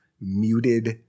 muted